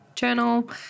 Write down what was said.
journal